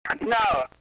No